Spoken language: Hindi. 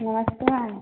नमस्ते मैम